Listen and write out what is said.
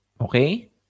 Okay